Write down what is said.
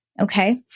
Okay